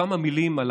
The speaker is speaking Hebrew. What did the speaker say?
כמה מילים על